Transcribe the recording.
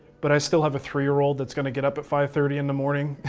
but i still have a three year old that's going to get up at five thirty in the morning.